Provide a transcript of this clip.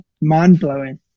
mind-blowing